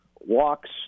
walks